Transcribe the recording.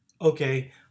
okay